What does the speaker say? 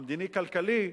המדיני-כלכלי,